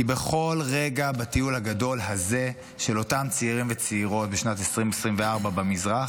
כי בכל רגע בטיול הגדול הזה של אותם צעירים וצעירות בשנת 2024 במזרח